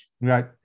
right